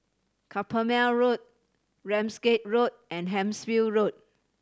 Carpmael Road Ramsgate Road and Hampshire Road